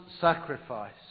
sacrifice